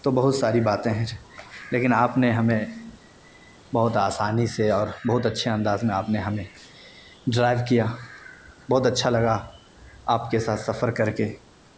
تو بہت ساری باتیں ہیں لیکن آپ نے ہمیں بہت آسانی سے اور بہت اچھے انداز میں آپ نے ہمیں ڈرائیو کیا بہت اچھا لگا آپ کے ساتھ سفر کر کے